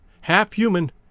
half-human